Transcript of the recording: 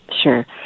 sure